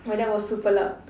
!wah! that was super loud